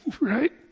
right